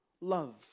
love